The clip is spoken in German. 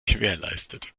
gewährleistet